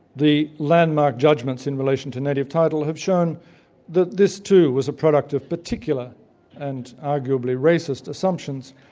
the landmark judgments in relation to native title, have shown that this too was a product of particular and arguably racist assumptions,